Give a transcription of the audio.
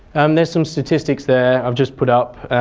um there's some statistics there i've just put up.